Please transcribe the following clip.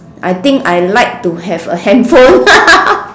I think I like to have a handphone